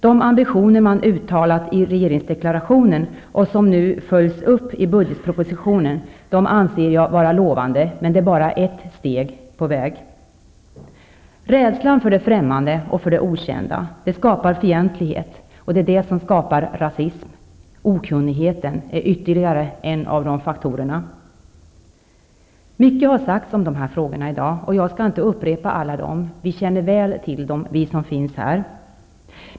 De ambitioner som man uttalat i regeringsdeklarationen och som nu har följts upp i budgetpropositionen anser jag vara lovande, men det är bara ett steg på vägen. Rädslan för det främmande och okända skapar fientlighet, och det är det som skapar rasism. Okunnighet är ytterligare en av de faktorer som bidrar. Mycket har sagts om dessa frågor i dag. Jag skall inte upprepa allt det -- vi som är här känner väl till det.